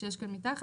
שיש כאן מתחת,